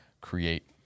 create